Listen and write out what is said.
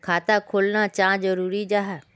खाता खोलना चाँ जरुरी जाहा?